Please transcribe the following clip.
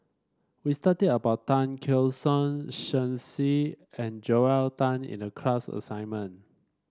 we studied about Tan Keong Saik Shen Xi and Joel Tan in the class assignment